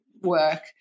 work